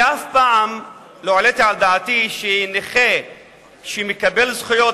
אני אף פעם לא העליתי על דעתי שנכה שמקבל זכויות,